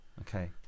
Okay